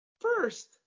First